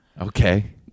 Okay